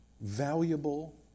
valuable